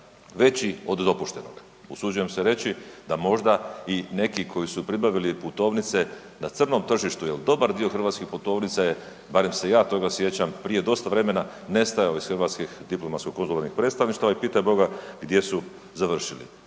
veći od dopuštenog, usuđujem se reći da možda i neki koji su pribavili putovnice na crnom tržištu jer dobar dio hrvatskih putovnica je, barem se ja toga sjećam prije dosta vremena, nestajalo iz diplomatsko-konzularnih predstavništva i pitaj Boga gdje su završile.